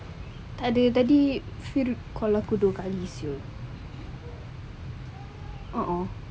tak ada tadi fir call aku dua kali [siol] a'ah